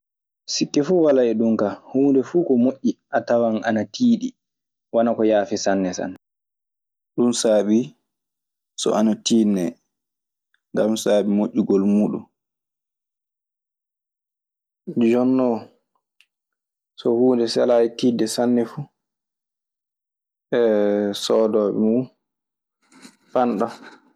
Sikke fuu walaa e ɗum kaa huunde fuu ko moƴƴi a tawan ana tiiɗi, vwanaa ko yaafi sanne sanne. Ɗun saabii so ana tiiɗnee. Ngam saabii moƴƴugol muuɗun. jonnon so huunde selaayi tiiɗde fu, soodooɓe mun panɗan.